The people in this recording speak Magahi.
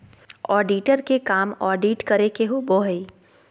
ऑडिटर के काम ऑडिट करे के होबो हइ